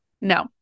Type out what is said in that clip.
No